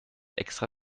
extra